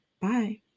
Bye